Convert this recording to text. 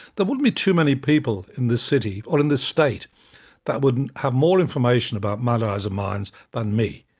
there wouldn't be too many people in this city or in this state that would have more information about mount ah isa mines than me.